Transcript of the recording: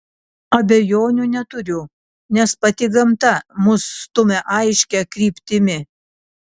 abejonių neturiu nes pati gamta mus stumia aiškia kryptimi